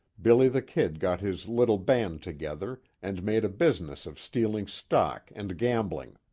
billy the kid got his little band together, and made a business of stealing stock and gambling.